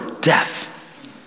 death